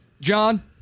John